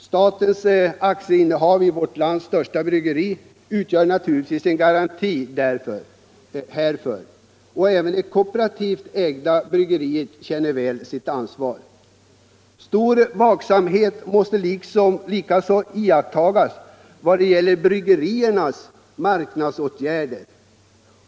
Statens aktieinnehav i vårt lands största bryggeri utgör naturligtvis en garanti härför. Även det kooperativt ägda bryggeriet känner sitt ansvar väl. Stor vaksamhet måste likaså iakttas vad gäller bryggeriernas marknadsföringsåtgärder.